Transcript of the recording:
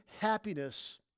happiness